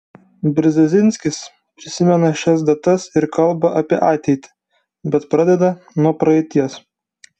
brzezinskis prisimena šias datas ir kalba apie ateitį bet pradeda nuo praeities